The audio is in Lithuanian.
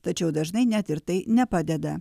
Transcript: tačiau dažnai net ir tai nepadeda